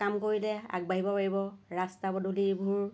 কাম কৰিলে আগবাঢ়িব পাৰিব ৰাস্তা পদূলিবোৰ